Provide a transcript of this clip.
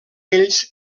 ells